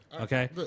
Okay